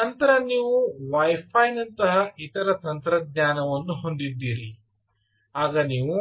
ನಂತರ ನೀವು Wi Fi ನಂತಹ ಇತರ ತಂತ್ರಜ್ಞಾನವನ್ನು ಹೊಂದಿದ್ದೀರಿ ಆಗ ನೀವು